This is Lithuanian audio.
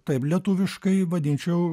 taip lietuviškai vadinčiau